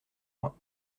point